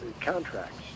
contracts